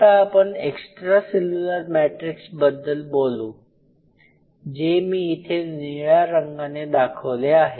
आता आपण extracellular मॅट्रिक्सबद्दल बोलू जे मी इथे निळ्या रंगाने दाखवले आहे